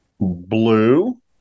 blue